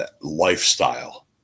lifestyle